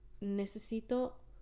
Necesito